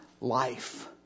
life